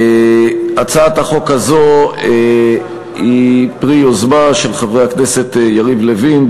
הצעת חוק זו היא פרי יוזמה של חברי הכנסת יריב לוין,